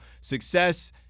success –